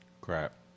Crap